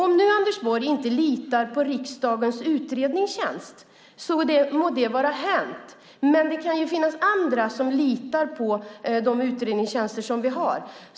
Om Anders Borg inte litar på riksdagens utredningstjänst må det vara hänt, men det kan finnas andra som litar på de utredningstjänster som vi har.